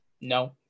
no